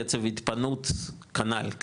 קצב ההתפנות כנ"ל,